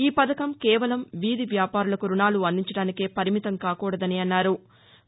ఈ పథకం కేవలం వీధి వ్యాపారులకు రుణాలు అందించడానికే పరిమితం కాకూడదని అన్నారు